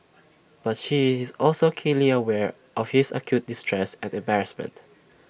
but she is also keenly aware of his acute distress and embarrassment